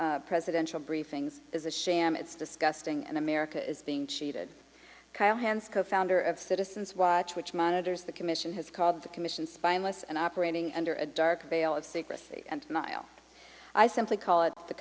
s presidential briefings is a sham it's disgusting and america is being cheated callahan's co founder of citizens watch which monitors the commission has called the commission spineless and operating under a dark veil of secrecy and i simply call it the